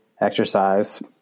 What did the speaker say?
exercise